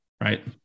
right